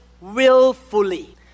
willfully